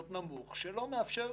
בתגמול, חס ושלום, ובוודאי לא בהוגנות